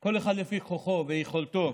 כל אחד לפי כוחו ויכולתו